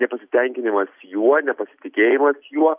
nepasitenkinimas juo nepasitikėjimas juo